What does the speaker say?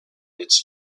its